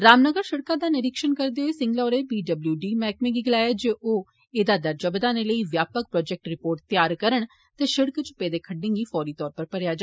रामनगर शिड़क दा निरीक्षण करदे होई सिंगला होरें पीडब्ल्यूडी मैहकमे गी गलाया जे ओह् ऐदा दर्जा बदाने लेई व्यापक प्रोजेक्ट रिपोर्ट तैयार करन ते शिड़क च पेदे खड्डें गी फौरी तौर पर मरेआ जा